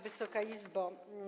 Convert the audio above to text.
Wysoka Izbo!